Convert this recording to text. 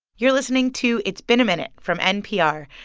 you're listening to it's been a minute from npr,